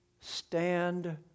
stand